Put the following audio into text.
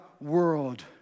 world